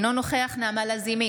אינו נוכח נעמה לזימי,